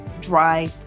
dry